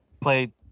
play